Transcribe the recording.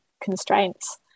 constraints